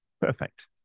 Perfect